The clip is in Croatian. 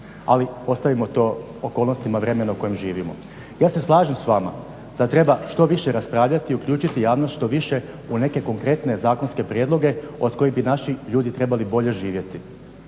Ali, ostavimo to okolnostima vremena u kojem živimo. Ja se slažem s vama da treba što više raspravljati i uključiti javnost što više u neke konkretne zakonske prijedloge od kojih bi naši ljudi trebali bolje živjeti.